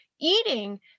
eating